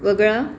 वगळा